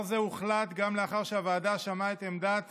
דבר זה הוחלט גם לאחר שהוועדה שמעה את עמדת